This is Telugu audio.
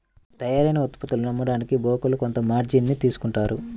తయ్యారైన ఉత్పత్తులను అమ్మడానికి బోకర్లు కొంత మార్జిన్ ని తీసుకుంటారు